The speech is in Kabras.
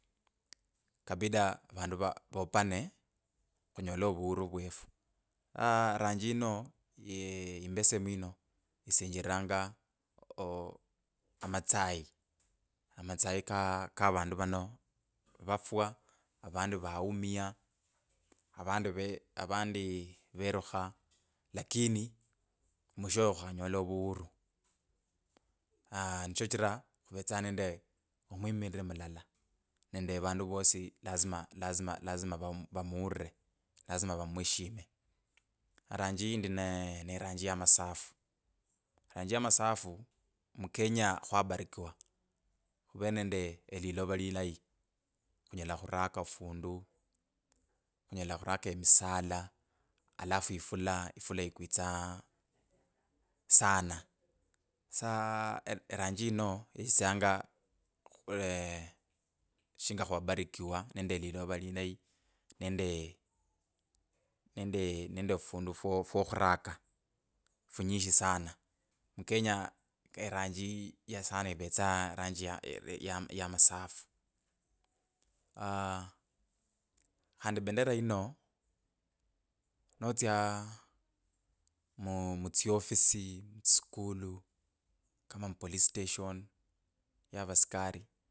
Kabida vandu vopane khunyola huhuru vwefu, aaa ranji ino imbesemu ino isinjiriranga ooo amatsayi amatsayi ka kavandu vano vafwa, avandu vaumia avandi ve avandi verukha lakini mwishowe khwanyola ovuhuru aaa nishoshichira khuvutsaa nende amwimiriri mulala nende vandu vosi lazima lazima lazima va vamuulire, laxiy vamuheshimu. Ranji indi ne netanji ya masafu, rangi ya masafu mulenya kwabarikiwa khuvera nende elilova lilayi khunyaka khuraka ofundu khunyala khuraka emisala alafu ifula ifula ikwitsanga sana, sa eranji ino ye chesyanga khu shinga kwabarikiwa nende lilova lilayi nende nende fundu fwo fwokhuraka funyishi sana mukenya eranji ya ranji ya sana ivetsa ranji ya ya ya masafu aaa khandi bendera yino notsya mu- mu mutsiofisi, mutsiskulu kama mupolice station ya vaskari.